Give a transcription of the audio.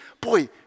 boy